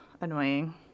Annoying